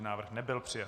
Návrh nebyl přijat.